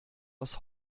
aus